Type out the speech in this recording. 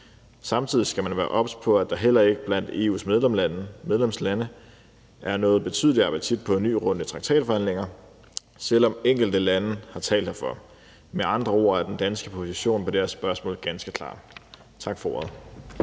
Samtidig skal man være obs på, at der heller ikke blandt EU's medlemslande er nogen betydelig appetit på en ny runde traktatforhandlinger, selv om enkelte lande har talt herfor. Med andre ord er den danske position i det her spørgsmål ganske klar. Tak for ordet.